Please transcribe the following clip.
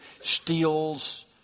steals